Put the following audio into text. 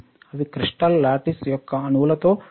అవి crystal lattice యొక్క అణువులతో ఢీ కొంటాయి